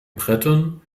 brettern